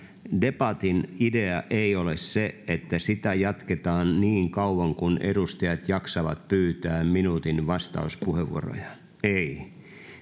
debatin idea ei ole se että sitä jatketaan niin kauan kun edustajat jaksavat pyytää minuutin vastauspuheenvuoroja ei